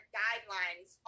guidelines